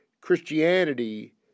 Christianity